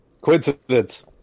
Coincidence